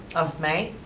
of may?